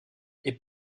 est